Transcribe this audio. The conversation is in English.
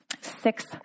six